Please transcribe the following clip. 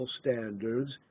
standards